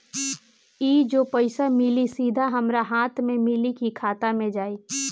ई जो पइसा मिली सीधा हमरा हाथ में मिली कि खाता में जाई?